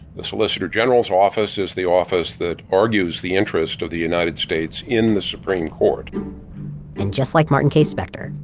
the solicitor general's office is the office that argues the interest of the united states in the supreme court and, just like martin k. speckter,